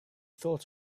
thought